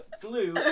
glue